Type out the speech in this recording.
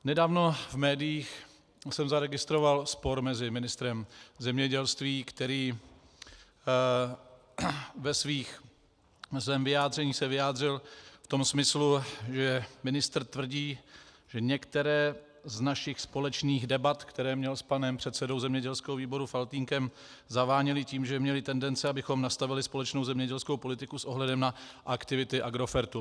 Nedávno jsem v médiích zaregistroval spor mezi ministrem zemědělství, který se ve svém vyjádření vyjádřil v tom smyslu, že ministr tvrdí, že některé z našich společných debat, které měl s panem předsedou zemědělského výboru Faltýnkem, zaváněly tím, že měly tendence, abychom nastavili společnou zemědělskou politiku s ohledem na aktivity Agrofertu.